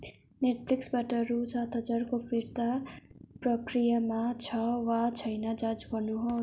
नेटफ्लिक्सबाट रु सात हजारको फिर्ता प्रक्रियामा छ वा छैन जाँच गर्नुहोस्